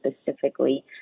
specifically